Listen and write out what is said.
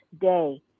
day